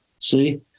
see